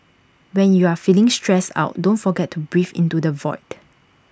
when you are feeling stressed out don't forget to breathe into the void